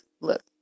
Look